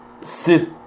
sit